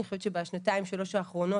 אני חושבת שבשנתיים-שלוש האחרונות,